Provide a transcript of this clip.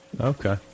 Okay